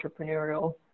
entrepreneurial